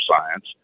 science